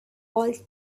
all